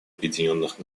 объединенных